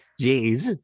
Jeez